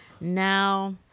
Now